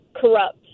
corrupt